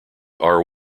are